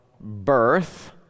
birth